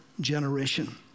generation